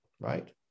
Right